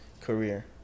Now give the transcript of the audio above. career